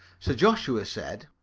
sir joshua said